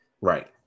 Right